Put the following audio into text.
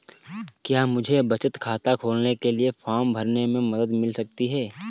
क्या मुझे बचत खाता खोलने के लिए फॉर्म भरने में मदद मिल सकती है?